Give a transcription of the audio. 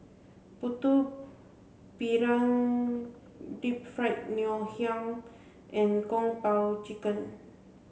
Putu Piring deep fried Ngoh Hiang and Kung Po Chicken